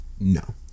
No